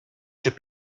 czy